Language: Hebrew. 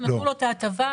נתנו לו את ההטבה.